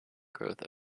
growth